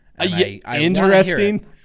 Interesting